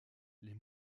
les